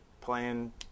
playing